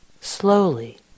slowly